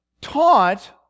taught